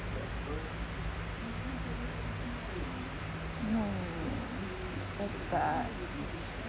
no that's bad